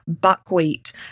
buckwheat